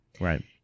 Right